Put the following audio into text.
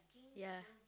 ya